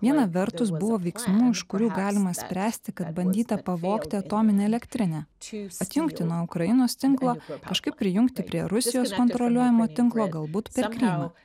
viena vertus buvo veiksmų iš kurių galima spręsti kad bandyta pavogti atominę elektrinę atjungti nuo ukrainos tinklo kažkaip prijungti prie rusijos kontroliuojamo tinklo galbūt per krymą